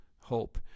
hope